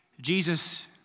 Jesus